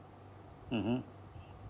mmhmm